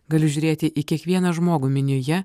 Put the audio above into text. galiu žiūrėti į kiekvieną žmogų minioje